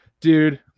dude